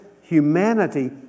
humanity